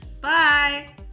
bye